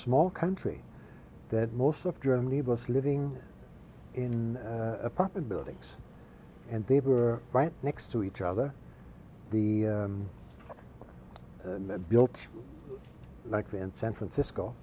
small country that most of germany was living in apartment buildings and they were right next to each other the built like in san francisco